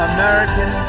American